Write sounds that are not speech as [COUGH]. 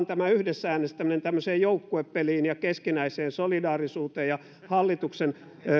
[UNINTELLIGIBLE] tämä yhdessä äänestäminen perustuu vain tämmöiseen joukkuepeliin ja keskinäiseen solidaarisuuteen ja hallituksen